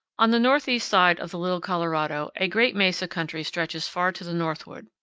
on the northeast side of the little colorado a great mesa country stretches far to the northward.